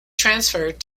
transferred